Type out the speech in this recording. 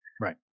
Right